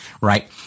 right